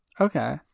okay